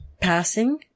passing